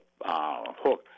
hook